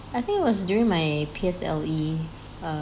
I think it was during my P_S_L_E uh